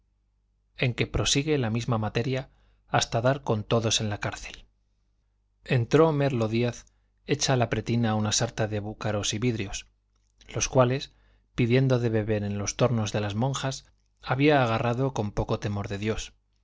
en que prosigue la misma materia hasta dar con todos en la cárcel entró merlo díaz hecha la pretina una sarta de búcaros y vidros los cuales pidiendo de beber en los tornos de las monjas había agarrado con poco temor de dios